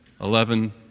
eleven